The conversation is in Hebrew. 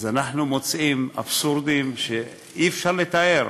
אז אנחנו מוצאים אבסורדים שאי-אפשר לתאר.